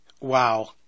Wow